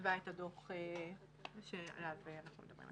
שכתבה את הדוח שעליו אנחנו מדברים.